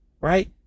right